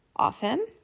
often